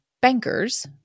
Bankers